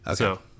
Okay